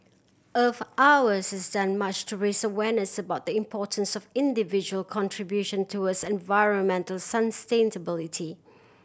Earth Hour has done much to raise awareness about the importance of individual contribution towards environmental sustainability